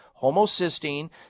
homocysteine